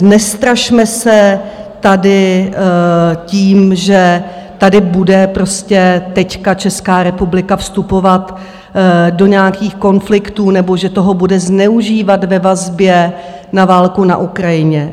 Nestrašme se tady tím, že tady bude teď Česká republika vstupovat do nějakých konfliktů nebo že toho bude zneužívat ve vazbě na válku na Ukrajině.